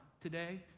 today